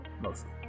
mostly